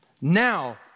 Now